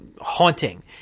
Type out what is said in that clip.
haunting